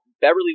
Beverly